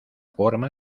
forma